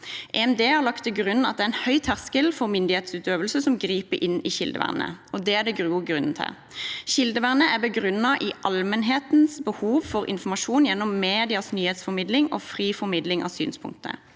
EMD har lagt til grunn at det er en høy terskel for myndighetsutøvelse som griper inn i kildevernet, og det er det gode grunner til. Kildevernet er begrunnet i allmennhetens behov for informasjon gjennom medias nyhetsformidling og fri formidling av synspunkter.